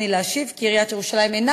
הריני להשיב כי עיריית ירושלים אינה